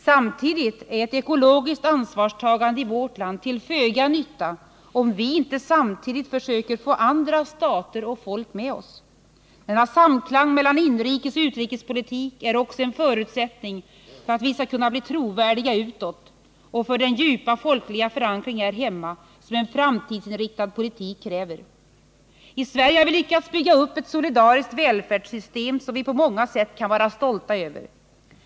Samtidigt är ett ekologiskt ansvarstagande i vårt land till föga nytta, om vi inte samtidigt försöker få andra stater och folk med oss. Denna samklang mellan inrikesoch utrikespolitik är också en förutsättning för att vi skall bli trovärdiga utåt och för den djupa folkliga förankring här hemma som en framtidsinriktad politik kräver. I Sverige nar vi lyckats bygga upp ett solidariskt välfärdssystem, som vi på många sätt kan vara stolta över.